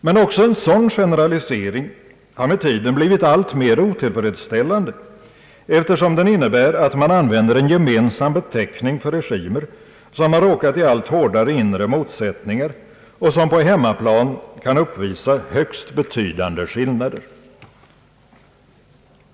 Men också en sådan generalisering har med tiden blivit alltmer otillfredsställande, eftersom den innebär att man använder en gemensam beteckning för regimer som har råkat i allt hårdare inbördes motsättningar och på hemmaplan kan uppvisa högst betydande skillnader.